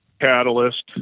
catalyst